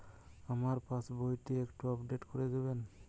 আমার পাসবই টি একটু আপডেট করে দেবেন?